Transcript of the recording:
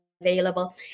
available